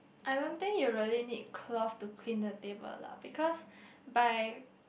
I don't think you really need cloth to clean the table lah because by